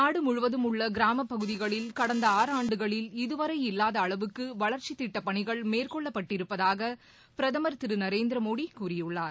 நாடுமுழுவதும் உள்ள கிராமப் பகுதிகளில் கடந்த ஆறாண்டுகளில் இதுவரை இல்லாத அளவுக்கு வளர்ச்சித் திட்டப் பணிகள் மேற்கொள்ளப்பட்டிருப்பதாக பிரதமர் திரு நரேந்திர மோடி கூறியுள்ளார்